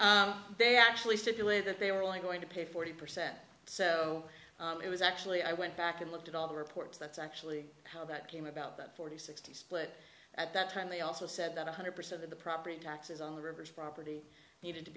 no they actually stipulate that they were going to pay forty percent so it was actually i went back and looked at all the reports that's actually how that came about that forty sixty split at that time they also said that one hundred percent of the property taxes on the rivers property needed to